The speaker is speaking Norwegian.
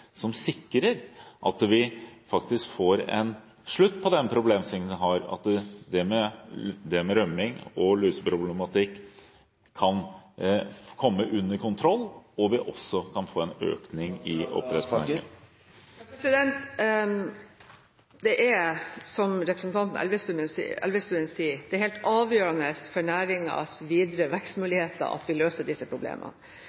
sikrer at vi faktisk får en slutt på den problemstillingen vi har, og at rømming og luseproblematikk kan komme under kontroll og vi kan få en vekst i oppdrettsnæringen? Det er, som representanten Elvestuen sier, helt avgjørende for næringens videre vekstmuligheter at vi løser disse problemene. Det er også helt avgjørende etter mitt skjønn for